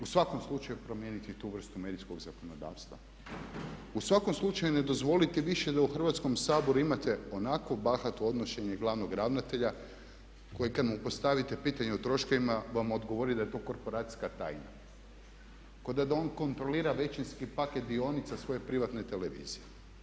U svakom slučaju promijeniti tu vrstu medijskog zakonodavstva, u svakom slučaju ne dozvoliti više da u Hrvatskom saboru imate onako bahato odnošenje glavnog ravnatelja koji kad mu postavite pitanje o troškovima da vam odgovori da je to korporacijska tajna kao da on kontrolira većinski paket dionica svoje privatne televizije.